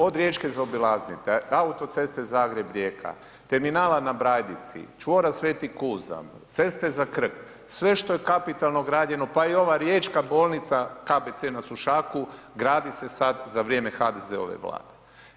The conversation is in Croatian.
Od riječke zaobilaznice, autoceste Zagreb – Rijeka, terminala na Brajdici, čvora Sveti Kuzam, ceste za Krk, sve što je kapitalno građeno, pa i ova riječka bolnica KBC na Sušaku gradi se sad za vrijeme HDZ-ove vlade.